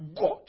God